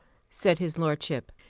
said his lordship,